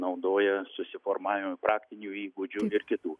naudoja susiformavui praktinių įgūdžių ir kitų